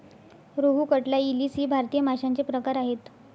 रोहू, कटला, इलीस इ भारतीय माशांचे प्रकार आहेत